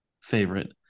favorite